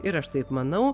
ir aš taip manau